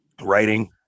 writing